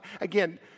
again